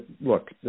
look